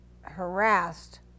harassed